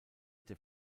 der